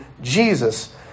Jesus